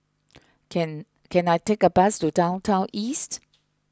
can can I take a bus to Downtown East